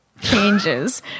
Changes